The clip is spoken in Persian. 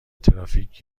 ترافیک